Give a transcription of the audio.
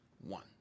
one